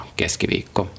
keskiviikko